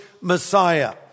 Messiah